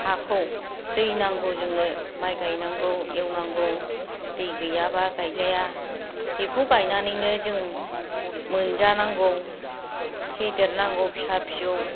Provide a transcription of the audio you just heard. हाखौ दै नांगौ जोंनो माइ गायनांगौ एलवनांगौ दै गैयाब्ला गायजाया बेखौ गायनानैनो जों मोनजानांगौ फेदेरनांगौ फिसा फिसौ